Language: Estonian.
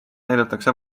näidatakse